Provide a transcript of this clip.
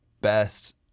best